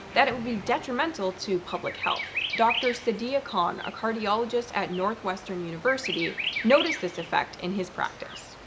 that it would be detrimental to public health. dr. sadiya kahn, a cardiologist at northwestern university noticed this effect in his practice.